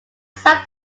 some